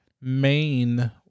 main